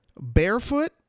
barefoot